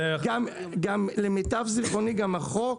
גם למיטב זכרוני גם החוק